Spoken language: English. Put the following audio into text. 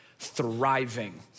thriving